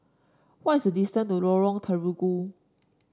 what's the distance to Lorong Terigu